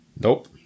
Nope